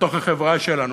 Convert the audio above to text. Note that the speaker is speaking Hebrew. בתוך החברה שלנו.